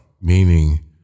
meaning